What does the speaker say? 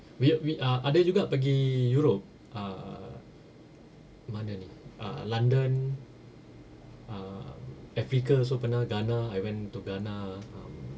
weird wei~ ah ada juga pergi europe ah mana ni uh london uh africa also pernah ghana I went to ghana um